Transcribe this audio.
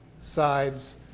sides